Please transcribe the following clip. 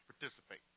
participate